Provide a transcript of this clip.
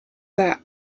bei